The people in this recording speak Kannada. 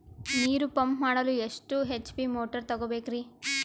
ನೀರು ಪಂಪ್ ಮಾಡಲು ಎಷ್ಟು ಎಚ್.ಪಿ ಮೋಟಾರ್ ತಗೊಬೇಕ್ರಿ?